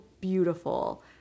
beautiful